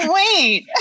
wait